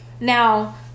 Now